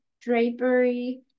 drapery